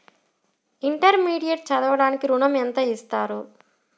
Intermediate చదవడానికి ఋణం ఎంత ఇస్తారు?